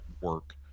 work